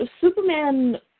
Superman